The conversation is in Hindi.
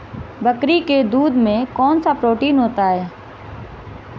बकरी के दूध में कौनसा प्रोटीन होता है?